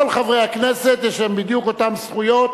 כל חברי הכנסת יש להם בדיוק אותן זכויות,